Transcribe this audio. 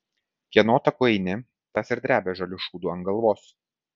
kieno taku eini tas ir drebia žaliu šūdu ant galvos